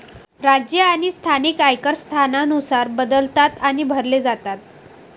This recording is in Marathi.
राज्य आणि स्थानिक आयकर स्थानानुसार बदलतात आणि भरले जातात